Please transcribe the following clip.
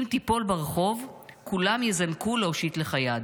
אם תיפול ברחוב, כולם יזנקו להושיט לך יד.